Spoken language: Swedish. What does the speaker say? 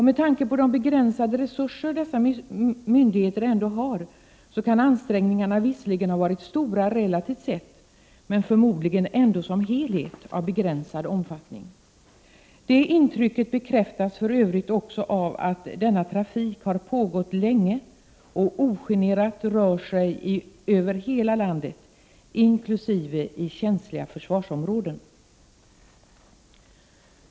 Med tanke på de begränsade resurser dessa myndigheter ändå har, kan ansträngningarna visserligen ha varit stora relativt sett, men förmodligen ändå av begränsad omfattning som helhet. Det intrycket bekräftas för övrigt också av att denna trafik har pågått länge. Den rör sig ogenerat över hela landet, inkl. i känsliga försvarsområden.